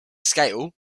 scale